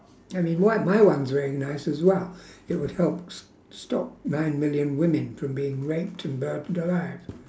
I mean why my one's very nice as well it would help s~ stop nine million women from being raped and burnt alive